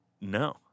No